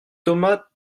thomas